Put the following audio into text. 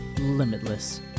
limitless